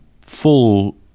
full